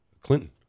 Clinton